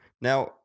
Now